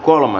asia